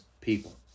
people